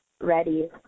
ready